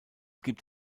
gibt